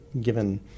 given